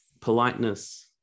politeness